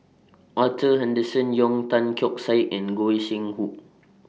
Arthur Henderson Young Tan Keong Saik and Goi Seng Hu